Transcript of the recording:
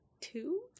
two